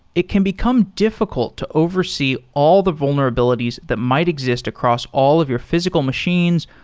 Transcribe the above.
it can become difficult to oversee all the vulnerabilities that might exist across all of your physical machines,